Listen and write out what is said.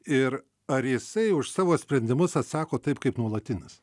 ir ar jisai už savo sprendimus atsako taip kaip nuolatinis